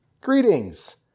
Greetings